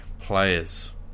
Players